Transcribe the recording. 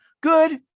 good